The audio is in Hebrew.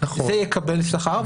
וזה יקבל שכר,